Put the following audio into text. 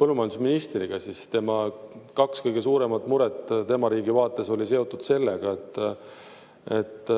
põllumajandusministriga, siis tema kaks kõige suuremat muret oma riigi vaates olid seotud esiteks sellega, et